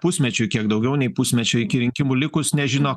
pusmečiui kiek daugiau nei pusmečiui iki rinkimų likus nežino